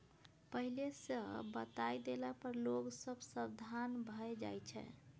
पहिले सँ बताए देला पर लोग सब सबधान भए जाइ छै